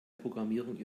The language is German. programmierung